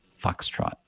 Foxtrot